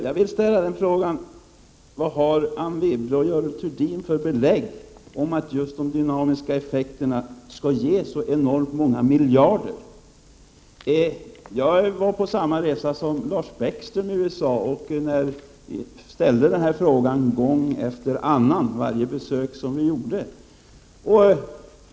Jag vill då i min tur ställa frågan: Vad har Anne Wibble och Görel Thurdin för belägg för att de dynamiska effekterna ger så enormt många miljarder? Jag var på samma resa som Lars Bäckström i USA, och vi ställde då den frågan gång efter annan, vid varje besök som vi gjorde.